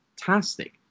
fantastic